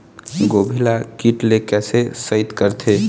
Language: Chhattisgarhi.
गोभी ल कीट ले कैसे सइत करथे?